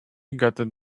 gutted